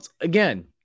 Again